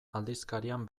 aldizkarian